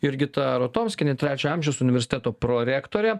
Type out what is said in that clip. jurgita rotomskienė trečio amžiaus universiteto prorektorė